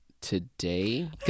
today